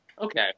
Okay